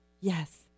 Yes